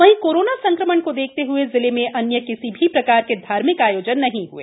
वही कोरोना संक्रमण को देखते हए जिले में अन्य किसी भी प्रकार के धार्मिक आयोजन नही हए